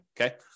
Okay